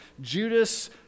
Judas